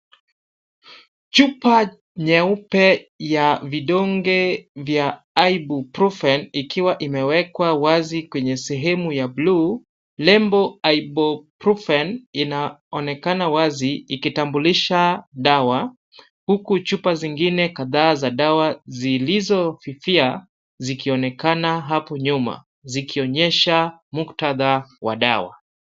Chupa nyeupe ya vidonge vya Ibuprofen ikiwa imewekwa wazi kwenye sehemu ya bluu . Lebo Ibuprofen inaonekana wazi ikitambulisha dawa, huku chupa zingine kadhaa za dawa zilizofifia zikionekana hapo nyuma zikionyesha mukthadha wa dawa.